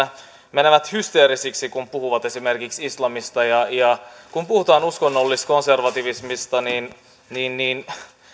mennä hysteerisiksi kun puhuvat esimerkiksi islamista ja ja kun puhutaan uskonnollisesta konservatismista mika